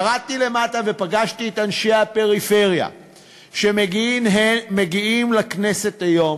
ירדתי למטה ופגשתי את אנשי הפריפריה שמגיעים לכנסת היום